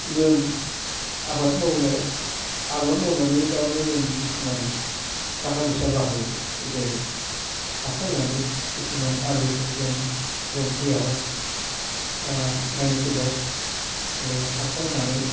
जों आबाद मावनाय आबाद मावनानै थारमानि जों खिसुमान थाखा फैसा बाहायो जेरै हासार होनानै खिसुमान आलुखौ जों रंपुरिया हग बा नाइनिटेलार ओरै हासार होनानै